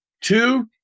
Two